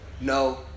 No